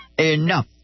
Enough